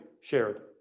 shared